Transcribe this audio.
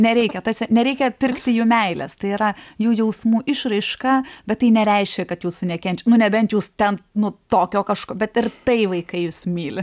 nereikia tas nereikia pirkti jų meilės tai yra jų jausmų išraiška bet tai nereiškia kad jūsų nekenčia nu nebent jūs ten nuo tokio kažko bet ir tai vaikai jus myli